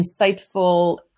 insightful